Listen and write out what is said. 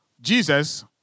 Jesus